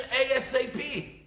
ASAP